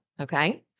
Okay